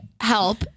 help